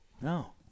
No